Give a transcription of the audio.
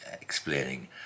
explaining